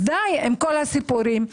די עם כל הסיפורים.